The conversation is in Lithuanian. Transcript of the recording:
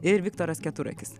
ir viktoras keturakis